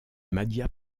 madhya